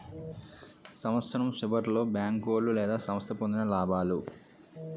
సంవత్సరం సివర్లో బేంకోలు లేదా సంస్థ పొందిన లాబాలు